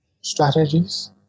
strategies